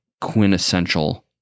quintessential